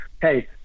hey